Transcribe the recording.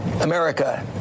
America